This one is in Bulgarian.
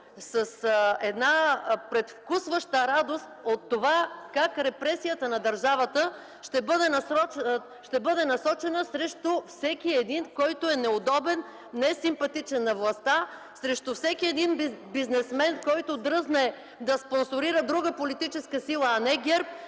с една предвкусваща радост от това как репресията на държавата ще бъде насочена срещу всеки един, който е неудобен, несипматичен на властта; срещу всеки един бизнесмен, който дръзне да спонсорира друга политическа сила, а не ГЕРБ;